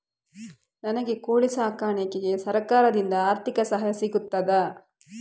ನನಗೆ ಕೋಳಿ ಸಾಕಾಣಿಕೆಗೆ ಸರಕಾರದಿಂದ ಆರ್ಥಿಕ ಸಹಾಯ ಸಿಗುತ್ತದಾ?